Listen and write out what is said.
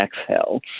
exhale